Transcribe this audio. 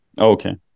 Okay